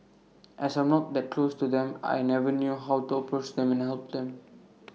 as I'm not that close to them I never knew how to approach them and help them